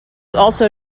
also